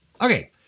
Okay